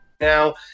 now